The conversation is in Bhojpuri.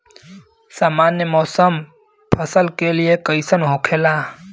सामान्य मौसम फसल के लिए कईसन होखेला?